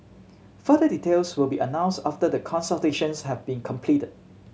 further details will be announced after the consultations have been completed